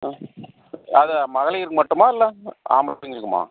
ம் அது மகளிருக்கு மட்டுமா இல்லை ஆம்பளைங்களுக்குமா